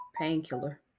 painkiller